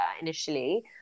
initially